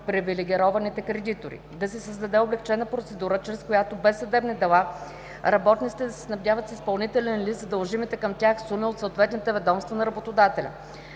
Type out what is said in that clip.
привилегированите кредитори; - да се създаде облекчена процедура, чрез която без съдебни дела, работниците да се снабдяват с изпълнителен лист за дължимите към тях суми от съответните ведомства на работодателя;